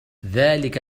ذلك